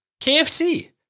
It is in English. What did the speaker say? KFC